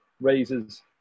raises